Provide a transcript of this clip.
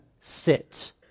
sit